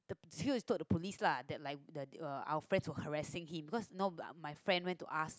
the so we told the police lah that like the our friend was her raising him because no my friend went to ask